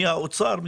מי האוצר.